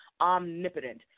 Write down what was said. omnipotent